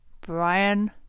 Brian